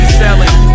selling